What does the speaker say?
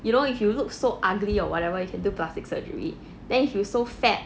you know if you look so ugly or whatever you can do plastic surgery then you so fat